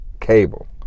cable